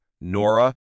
Nora